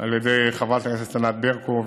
על ידי חברת הכנסת ענת ברקו,